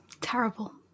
Terrible